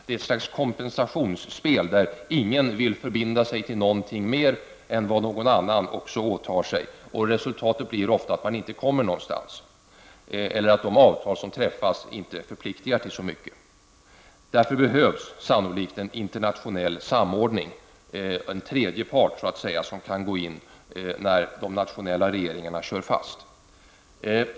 Det är ett slags kompensationsspel, där ingen vill förbinda sig till någonting mer än vad någon annan också åtar sig. Resultatet blir ofta att man inte kommer någonstans eller att det avtal som träffas inte förpliktigar till så mycket. Därför behövs sannolikt en internationell samordning, en tredje part så att säga, som kan gå in när de nationella regeringarna kör fast.